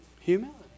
Humility